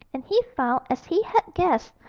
and he found, as he had guessed,